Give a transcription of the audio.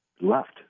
left